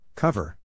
Cover